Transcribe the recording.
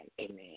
Amen